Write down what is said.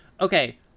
Okay